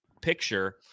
picture